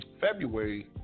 February